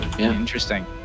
interesting